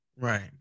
Right